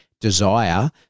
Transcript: desire